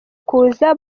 kuza